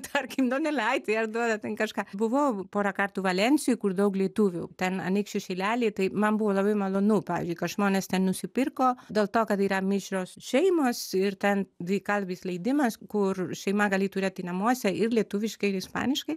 tarkim donelaitį ar duoda ten kažką buvau porą kartų valensijoj kur daug lietuvių ten anykščių šilely tai man buvo labai malonu pavyzdžiui kad žmonės ten nusipirko dėl to kad yra mišrios šeimos ir ten dvi kalbis leidimas kur šeima gali turėti namuose ir lietuviškai ir ispaniškai